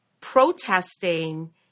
protesting